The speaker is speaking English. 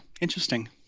interesting